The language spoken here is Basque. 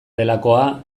delakoa